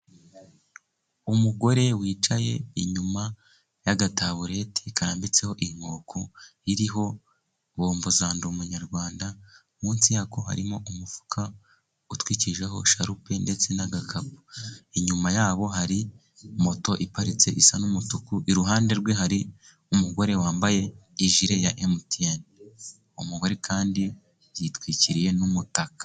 Umugore wicaye inyuma y'agatabureti karambitseho inkoko, iriho bombo za ndi umunyarwanda. Munsi yako harimo umufuka utwikirijeho sharupe, ndetse n'agakapu. Inyuma yaho hari moto iparitse isa n'umutuku, iruhande rwe hari umugore wambaye ijire ya MTN, umugore kandi yitwikiriye n'umutaka.